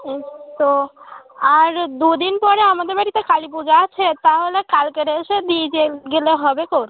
এইত্তো আর দু দিন পরে আমাদের বাড়িতে কালী পূজা আছে তাহলে কালকের এসে দিয়ে যেয়ে গেলে হবেখন